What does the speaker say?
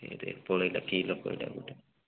ପଳାଇଲା କି ଲୋକଟା ଗୋଟେ